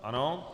Ano.